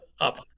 up